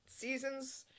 season's